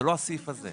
זה לא הסעיף הזה.